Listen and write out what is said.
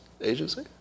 agency